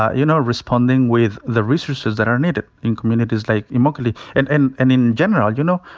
ah you know, responding with the resources that are needed in communities like immokalee. and and and in general, you know,